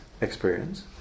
experience